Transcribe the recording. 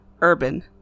urban